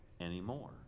anymore